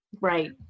right